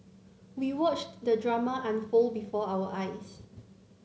we watched the drama unfold before our eyes